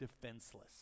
defenseless